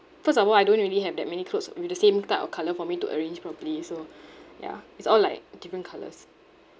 first of all I don't really have that many clothes with the same type of colour for me to arrange properly so ya it's all like different colours